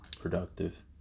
productive